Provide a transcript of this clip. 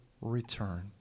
return